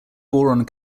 boron